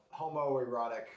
homoerotic